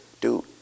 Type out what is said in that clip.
dude